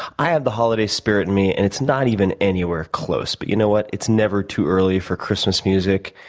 i have the holiday spirit in me, and it's not even anywhere close, but you know what? it's never too early for christmas music.